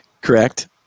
Correct